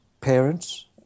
parents